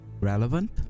Relevant